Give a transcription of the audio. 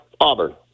Auburn